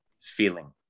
feeling